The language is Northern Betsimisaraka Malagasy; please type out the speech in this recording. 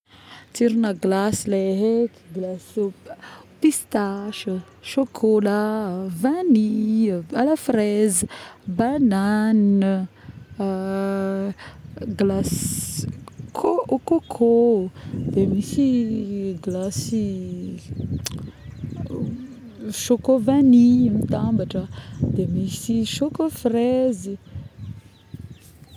Tsirona-glace le haiky, glace au pistache, chocolat, vanille, à la fraise, banane˂ hesitation˃ glasy au coco de misy glasy˂ noises˃ choco-vanille, mitambatra de misy choco-fraise